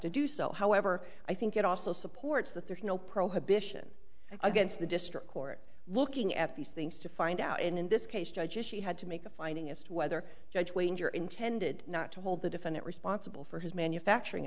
to do so however i think it also supports that there's no prohibition against the district court looking at these things to find out and in this case judges she had to make a finding as to whether judge wayne your intended not to hold the defendant responsible for his manufacturing